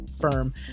Firm